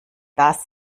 das